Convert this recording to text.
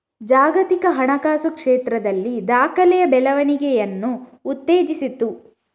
ಜಾಗತಿಕ ಹಣಕಾಸು ಕ್ಷೇತ್ರದಲ್ಲಿ ದಾಖಲೆಯ ಬೆಳವಣಿಗೆಯನ್ನು ಉತ್ತೇಜಿಸಿತು